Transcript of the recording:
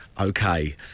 Okay